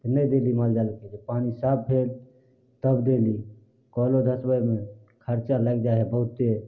तऽ नहि देली मालजालके तऽ जब पानि साफ भेल तब देली कलो धसबयमे खर्चा लागि जाइ हइ बहुते